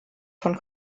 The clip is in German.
von